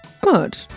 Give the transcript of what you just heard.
Good